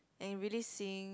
and really seeing